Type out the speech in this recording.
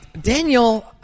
Daniel